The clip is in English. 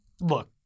look